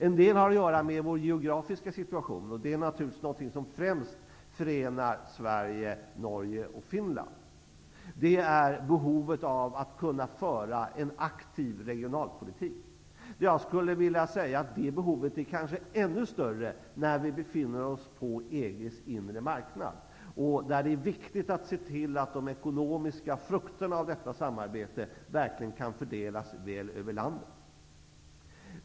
En del har att göra med vår geografiska situation, och det är naturligtvis någonting som främst förenar, Sverige, Norge och Finland, nämligen behovet av att kunna föra en aktiv regionalpolitik. Jag skulle vilja säga att det behovet blir kanske ännu större när vi befinner oss i EG:s inre marknad. Det är då viktigt att tillse att de ekonomiska frukterna av detta samarbete verkligen kan fördelas väl över landet.